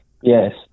Yes